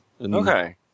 Okay